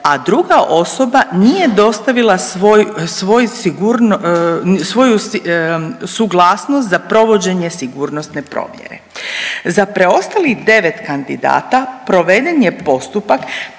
a druga osoba nije dostavila svoj, svoju suglasnost za provođenje sigurnosne provjere. Za preostalih 9 kandidata proveden je postupak